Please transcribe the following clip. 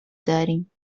داریم